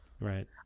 Right